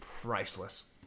priceless